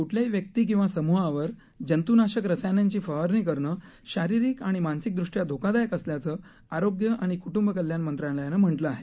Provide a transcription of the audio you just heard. क्ठल्याही व्यक्ती किंवा समूहावर जंतूनाशक रसायनांची फवारणी करणं शारीरिक आणि मानसिकदृष्ट्या धोकादायक असल्याचं आरोग्य आणि क्ट्ंब कल्याण मंत्रालयानं म्हटलं आहे